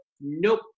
nope